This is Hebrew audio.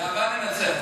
באהבה ננצח.